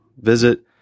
Visit